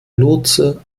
lotse